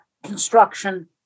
construction